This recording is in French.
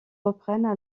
reprennent